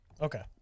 Okay